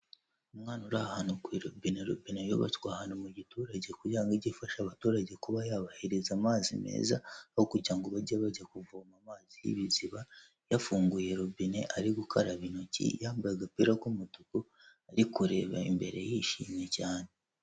Umwana uri ahantu ku irobine , robine yubatswe ahantu mu giturage kugira ngo ijye ifasha abaturage kuba yabahereza amazi meza ,aho kugira ngo bajye bajya kuvoma amazi y'ibiziba. Yafunguye robine ari gukaraba intoki yambaye agapira k'umutuku ari kureba imbere yishimye cyane.